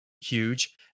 huge